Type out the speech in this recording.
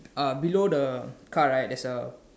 ah below the car right there's a